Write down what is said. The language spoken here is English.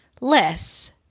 less